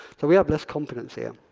so we have less confidence here.